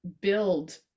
build